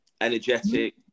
energetic